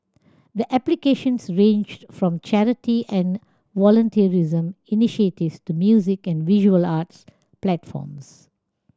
the applications ranged from charity and volunteerism initiatives to music and visual arts platforms